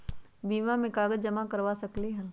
बीमा में कागज जमाकर करवा सकलीहल?